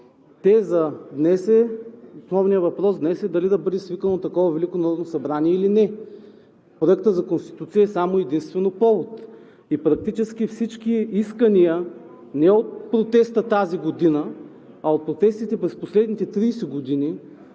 че всъщност основният въпрос днес е дали да бъде свикано такова Велико народно събрание или не. Проектът за Конституция е само и единствено повод и практически всички искания не от протеста тази година, а от протестите през последните 30 години,